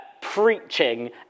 preaching